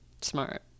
smart